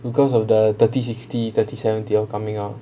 because of the thirty sixty thirty seventy all coming out